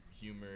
humor